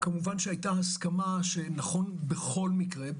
כמובן היתה הסכמה שנכון בכל מקרה,